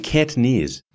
Cantonese